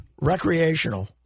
recreational